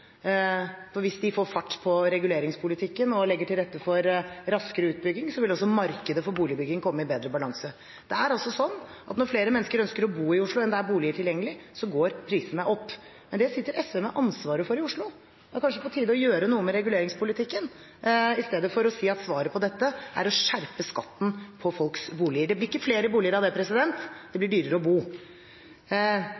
Hvis de får fart på reguleringspolitikken og legger til rette for raskere utbygging, vil også markedet for boligbygging komme i bedre balanse. Når flere mennesker ønsker å bo i Oslo enn det er boliger tilgjengelig for, går prisene opp. Det sitter SV med ansvaret for i Oslo. Det er kanskje på tide å gjøre noe med reguleringspolitikken i stedet for å si at svaret på dette er å skjerpe skatten på folks boliger. Det blir ikke flere boliger av det. Det blir dyrere å bo. Så kaller Valen regjeringens satsing på klima for en stusslig satsing på klima. Det